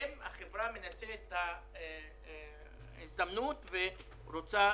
החברה מנצלת את ההזדמנות ורוצה